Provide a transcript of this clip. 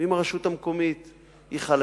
ואם הרשות המקומית חלשה,